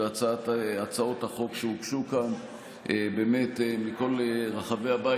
להצעות החוק שהוגשו כאן מכל רחבי הבית.